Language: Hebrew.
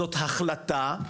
זאת החלטה,